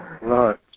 Right